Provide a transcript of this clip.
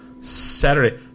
Saturday